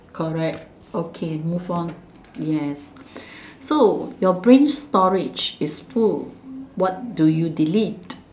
correct okay move on yes so your brain storage is full what do you delete